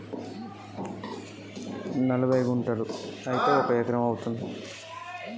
ఒక ఎకరానికి ఎన్ని గుంటలు?